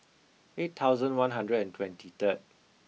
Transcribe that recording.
eight thousand one hundred and twenty third